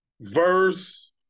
verse